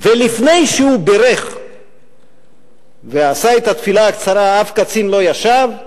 ולפני שהוא בירך ועשה את התפילה הקצרה אף קצין לא ישב,